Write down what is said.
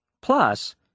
Plus